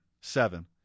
Seven